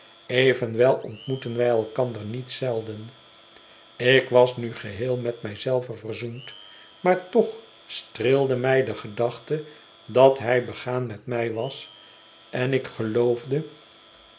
evenwel ontmoetten wij elkander niet zelden ik was nu geheel met mij zelve verzoend maar toch streelde mij de gedachte dat hij begaan met mij was en ik geloofde